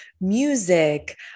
music